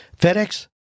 FedEx